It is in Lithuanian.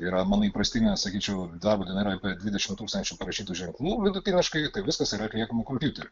yra mano įprastinė sakyčiau darbo diena yra apie dvidešimt tūkstančių parašytų ženklų vidutiniškai tai viskas yra atliekama kompiuteriu